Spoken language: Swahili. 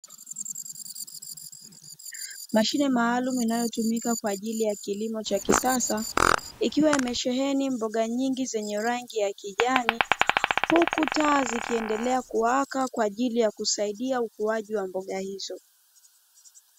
Mashine maalumu inayotumika kwa ajili ya kilimo cha kisasa, ikiwa imesheheni mboga nyingi zenye rangi ya kijani. Huku taa zikiendelea kuwaka kwa ajili ya kusaidia, ukuaji wa mboga hizo.